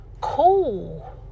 cool